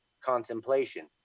contemplation